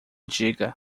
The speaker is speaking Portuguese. diga